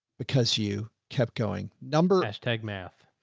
because you kept going numbers, tag math,